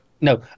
no